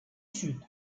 sud